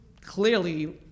clearly